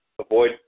avoid